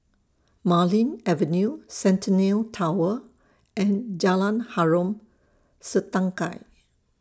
Marlene Avenue Centennial Tower and Jalan Harom Setangkai